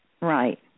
Right